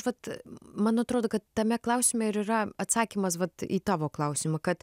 vat man atrodo kad tame klausime ir yra atsakymas vat į tavo klausimą kad